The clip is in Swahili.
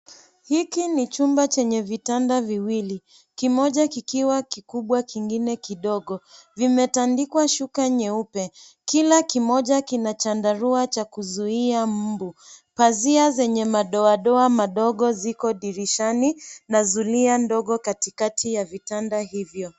Hiki ni chumba chenye vitanda viwili kimoja kikiwa kikubwa kingine kidogo vimetandikwa shuka nyeupe kila kimoja kina chandarua cha kuzuia mbu pazia zenye madoa doa madogo ziko dirishani na zulia ndogo katikati ya vitanda hivyo.